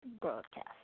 broadcast